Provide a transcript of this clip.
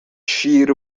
شیر